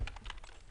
עבור זה.